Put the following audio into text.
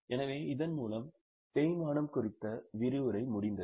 எனவே இதன் மூலம் தேய்மானம் குறித்த விரிவுரை முடிந்தது